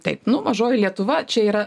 taip nu mažoji lietuva čia yra